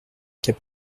cas